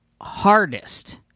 hardest